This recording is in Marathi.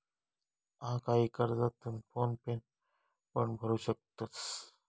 हा, काही कर्जा तू फोन पेन पण भरू शकतंस